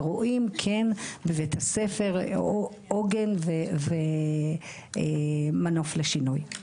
ורואים כן בבית הספר עוגן ומנוף לשינוי.